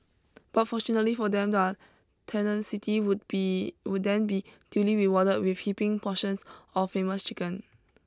but fortunately for them their tenacity would be would then be duly rewarded with heaping portions of famous chicken